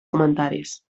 comentaris